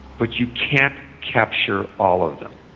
but you can't capture all of them.